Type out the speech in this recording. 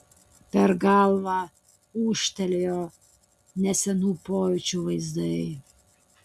per galvą ūžtelėjo nesenų pojūčių vaizdai